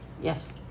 Yes